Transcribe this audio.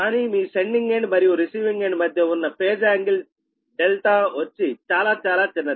కానీ మీ sending end మరియు రిసీవింగ్ ఎండ్ మధ్య ఉన్న ఫేజ్ యాంగిల్ δ వచ్చి చాలా చాలా చిన్నది